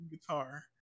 guitar